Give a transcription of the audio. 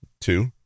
Two